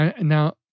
Now